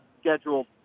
scheduled